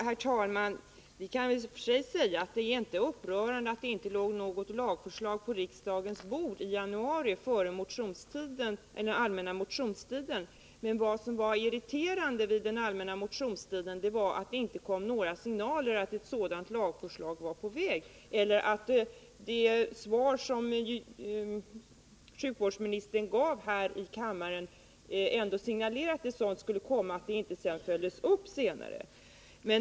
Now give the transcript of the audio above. Herr talman! Vi kan inte säga att det är upprörande att det inte låg något lagförslag på riksdagens bord före allmänna motionstiden i januari. Vad som däremot var irriterande under den allmänna motionstiden var att det inte kom några signaler om att ett sådant lagförslag var på väg trots det svar som sjukvårdsministern gav här i kammaren, som signalerade att ett lagförslag skulle komma.